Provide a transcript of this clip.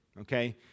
Okay